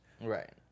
Right